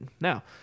Now